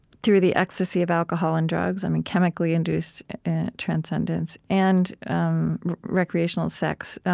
through the ecstasy of alcohol and drugs, and and chemically induced transcendance and um recreational sex,